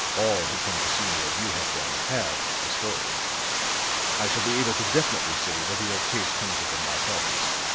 all who come to see me as you have done have a story i shall be able to definitely say whether your case comes within my province.